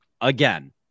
again